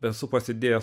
esu pasidėjęs